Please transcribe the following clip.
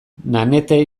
nanette